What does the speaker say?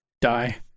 die